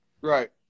Right